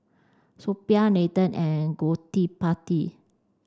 Suppiah Nathan and Gottipati